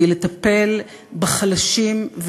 והיא לטפל בחלשים,